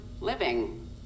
living